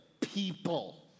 people